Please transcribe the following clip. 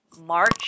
March